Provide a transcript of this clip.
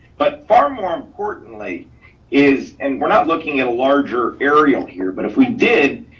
but far more importantly is, and we're not looking at a larger area here, but if we did,